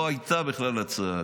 לא הייתה בכלל הצעה,